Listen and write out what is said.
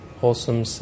wholesome